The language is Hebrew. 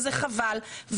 וזה חבל.